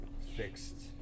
fixed